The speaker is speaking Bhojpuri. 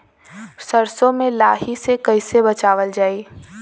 सरसो में लाही से कईसे बचावल जाई?